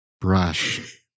Brush